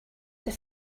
they